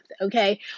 okay